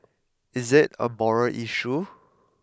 is it a moral issue